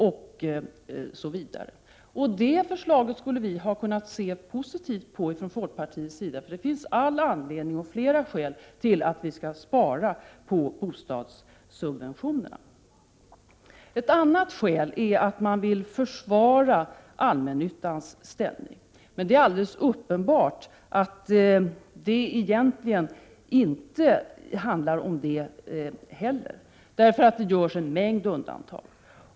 Ett sådant förslag skulle vi från folkpartiet ha kunnat se positivt på, för det finns flera motiv för att vi skall spara på bostadssubventionerna. Ett annat skäl till detta förslag är att man vill försvara allmännyttans ställning. Men det är alldeles uppenbart att det egentligen inte heller handlar om detta, eftersom det görs en mängd undantag.